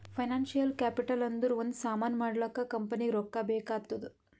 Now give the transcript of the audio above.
financial capital ಅಂದುರ್ ಒಂದ್ ಸಾಮಾನ್ ಮಾಡ್ಲಾಕ ಕಂಪನಿಗ್ ರೊಕ್ಕಾ ಬೇಕ್ ಆತ್ತುದ್